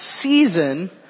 season